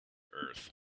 earth